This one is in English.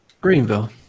greenville